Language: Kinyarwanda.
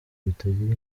bitagira